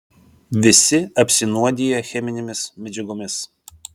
visi apsinuodiję cheminėmis medžiagomis